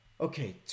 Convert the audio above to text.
Okay